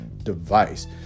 device